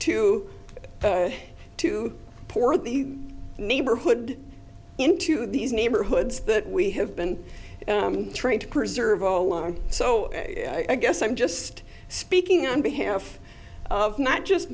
to to pour the neighborhood into these neighborhoods that we have been trying to preserve all along so i guess i'm just speaking on behalf of not just